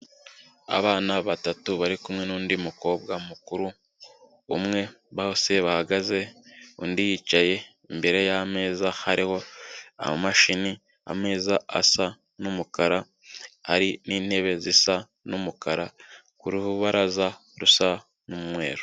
Abana batatu bari kumwe n'undi mukobwa mukuru umwe bose bahagaze undi yicaye imbere yameza hariho amamashini ameza asa n'umukara ari n'intebe zisa n'umukara ku rubaraza rusa n'umweru.